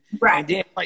Right